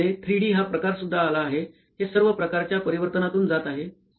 त्यामध्ये ३डी हा प्रकारसुद्धा आला आहे हे सर्व प्रकारच्या परिवर्तनांतून जात आहे